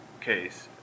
case